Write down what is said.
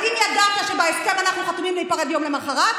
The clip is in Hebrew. האם ידעת שבהסכם אנחנו חתומים להיפרד יום למוחרת?